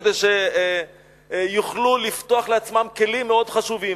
כדי שיוכלו לפתוח לעצמם כלים מאוד חשובים.